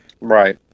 right